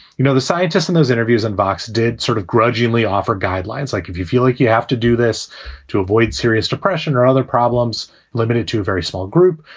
you know, the scientists in those interviews and vocs did sort of grudgingly offer guidelines like if you feel like you have to do this to avoid serious depression or other problems limited to a very small group,